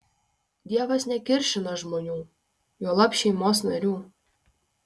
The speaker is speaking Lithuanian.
dievas nekiršina žmonių juolab šeimos narių